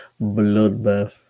bloodbath